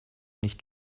nicht